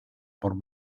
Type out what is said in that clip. por